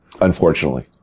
unfortunately